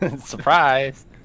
Surprise